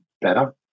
better